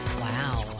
Wow